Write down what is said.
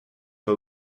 pas